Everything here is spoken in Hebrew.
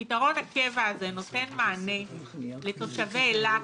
שפתרון הקבע הזה נותן מענה לתושבי אילת,